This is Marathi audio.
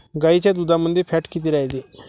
गाईच्या दुधामंदी फॅट किती रायते?